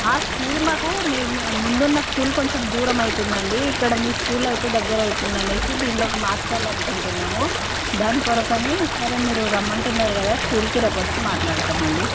ఆ స్కూల్ మాకు ముందున్న స్కూల్ కొంచెం దూరమైతుంది అండి ఇక్కడ మీ స్కూల్లో అయితే దగ్గరవుతుందని అనేసి దీనిలోకి మార్చాలి అనుకుంటున్నాము దాని కొరకు అని సరే మీరు రమ్మంటున్నారు కదా స్కూల్కి రేపు వచ్చి మాట్లాడుతాం అండి